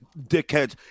dickheads